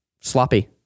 sloppy